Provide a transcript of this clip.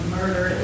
murder